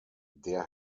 der